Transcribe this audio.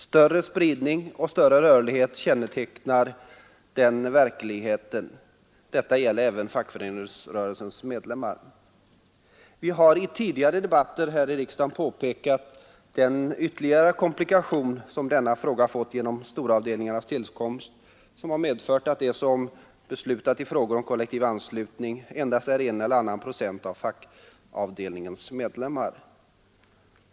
Större spridning och större rörlighet kännetecknar den verkligheten — detta gäller även fackföreningsrörelsens medlemmar. Vi har i tidigare debatter här i riksdagen påpekat den ytterligare komplikation som denna fråga fått genom storavdelningarnas tillkomst, som medfört att de som beslutar i frågor om kollektiv anslutning endast är en eller annan procent av fackavdelningens medlemmar.